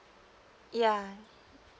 yeah